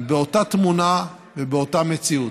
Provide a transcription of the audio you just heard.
באותה תמונה ובאותה מציאות.